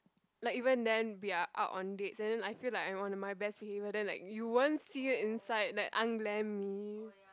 like even then we are out on dates and then I feel like I'm on my best behavior then like you won't see it inside that unglam me